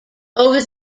over